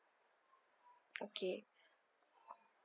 okay